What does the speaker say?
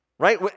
right